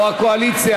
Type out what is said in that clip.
או הקואליציה,